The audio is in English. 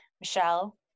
Michelle